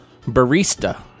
barista